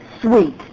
sweet